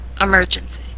emergency